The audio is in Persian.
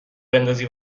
بندازی